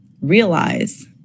realize